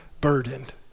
burdened